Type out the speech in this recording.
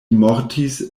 mortis